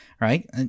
right